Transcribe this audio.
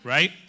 Right